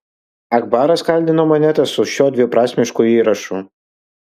akbaras kaldino monetas su šiuo dviprasmišku įrašu